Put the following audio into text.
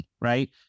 right